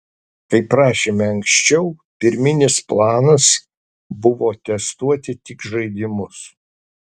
kaip rašėme anksčiau pirminis planas buvo testuoti tik žaidimus